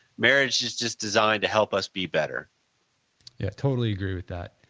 marriage is just designed to help us be better yeah, totally agree with that.